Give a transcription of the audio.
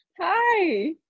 Hi